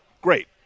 Great